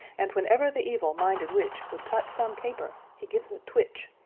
and whenever the evil-minded witch would cut some caper, he gives a twitch.